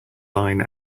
line